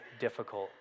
difficult